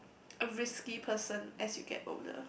a risky person as you get older